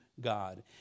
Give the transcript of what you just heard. God